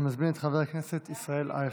אני מזמין את חבר הכנסת ישראל אייכלר.